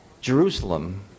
Jerusalem